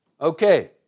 Okay